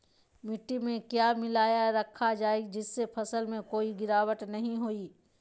मिट्टी में क्या मिलाया रखा जाए जिससे फसल में कोई गिरावट नहीं होई?